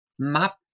map